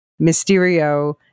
Mysterio